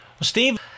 Steve